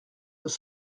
nous